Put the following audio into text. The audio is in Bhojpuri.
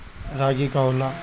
रागी का होला?